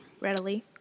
readily